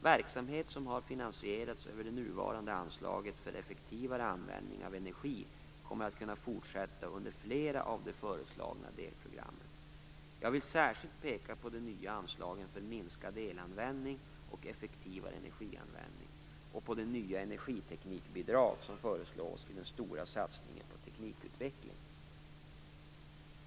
Verksamhet som har finansierats över det nuvarande anslaget för effektivare användning av energi kommer att kunna fortsätta under flera av de föreslagna delprogrammen. Jag vill särskilt peka på de nya anslagen för minskad elanvändning och effektivare energianvändning och på det nya energiteknikbidrag som föreslås i den stora satsningen på teknikutveckling.